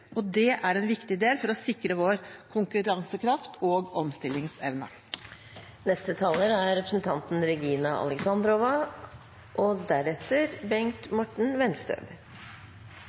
og det er en viktig del for å sikre vår konkurransekraft og omstillingsevne. Jeg vil takke ministeren for en god redegjørelse, og jeg vil nevne at jeg synes representanten